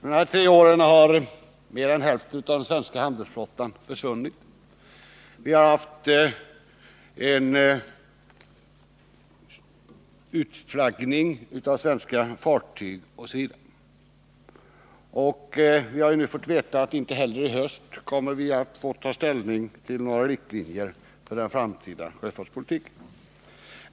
Under de tre åren har mer än hälften av den svenska handelsflottan försvunnit. Vi har haft en utflaggning av svenska fartyg osv. Vi har nu fått veta att vi inte heller i höst kommer att få ta ställning till några riktlinjer för den framtida sjöfartspolitiken.